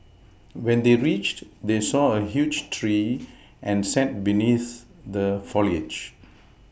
when they reached they saw a huge tree and sat beneath the foliage